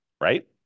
right